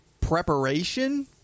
preparation